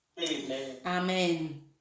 amen